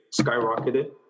skyrocketed